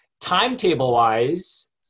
Timetable-wise